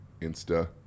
Insta